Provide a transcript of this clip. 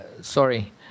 Sorry